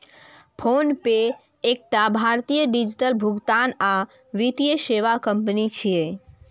PhonePe एकटा भारतीय digital भुगतान आ वित्तीय सेवा कंपनी छियै